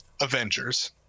Avengers